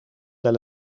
wel